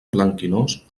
blanquinós